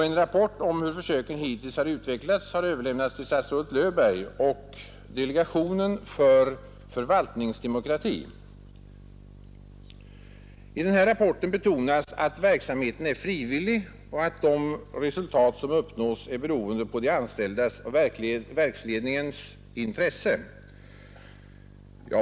En rapport om hur försöken hittills har utvecklats har överlämnats till statsrådet Löfberg och till delegationen för förvaltningsdemokrati. I rapporten betonas att verksamheten är frivillig och att de resultat som uppnås är beroende av de anställdas och verksledningens intresse.